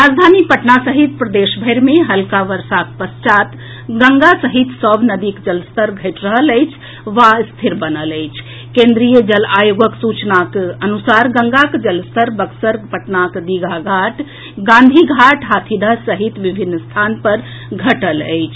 राजधानी पटना सहित प्रदेश भरि मे हल्का वर्षाक पश्चात् गंगा सहित सभ नदीक जलस्तर घटि रहल अछि वा स्थिर बनल अछि केन्द्रीय जल आयोगक सूचनाक अनुसार गंगाक जलस्तर बक्सर पटनाक दीघा घाट गांधी घाट हाथीदह सहित विभिन्न स्थान पर घटल अछि